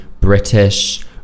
british